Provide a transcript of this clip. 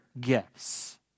gifts